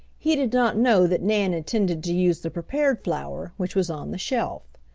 he did not know that nan intended to use the prepared flour, which was on the shelf.